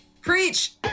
Preach